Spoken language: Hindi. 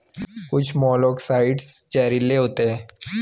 कुछ मोलॉक्साइड्स जहरीले होते हैं